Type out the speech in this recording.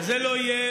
וזה לא יהיה.